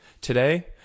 today